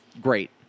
Great